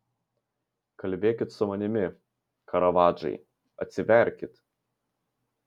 kalbėkit su manimi karavadžai atsiverkit